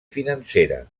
financera